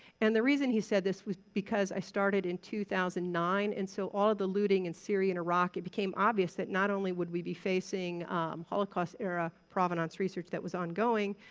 and the reason he said this was because i started in two thousand and nine, and so all of the looting in syria in iraq, it became obvious that not only would we be facing holocaust-era provenance research that was ongoing,